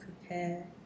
prepare